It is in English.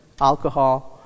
alcohol